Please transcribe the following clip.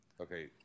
Okay